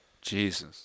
Jesus